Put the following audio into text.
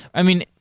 i mean,